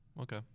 okay